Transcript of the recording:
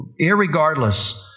Irregardless